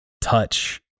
touch